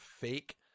fake